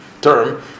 term